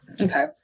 okay